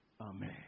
Amen